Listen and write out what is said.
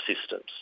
systems